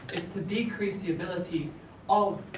it's to decrease the ability of